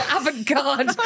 avant-garde